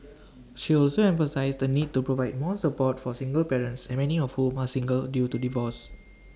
she also emphasised the need to provide more support for single parents and many of whom are single due to divorce